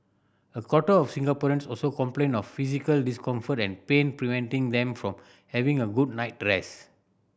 a quarter of Singaporeans also complained of physical discomfort and pain preventing them from having a good night rest